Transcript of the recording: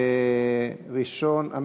מס' 2144, 2153, 2165, 2182 ו-2194.